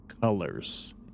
colors